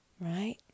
Right